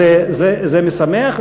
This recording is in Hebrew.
זה משמח.